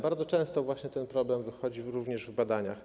Bardzo często ten problem wychodzi również w badaniach.